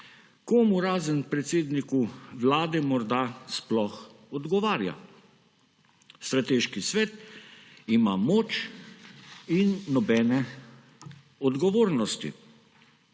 komu, razen predsedniku Vlade, morda sploh odgovarja. Strateški svet ima moč in nobene odgovornosti.